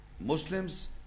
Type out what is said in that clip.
Muslims